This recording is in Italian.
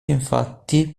infatti